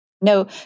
no